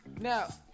Now